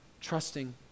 trusting